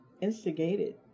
instigated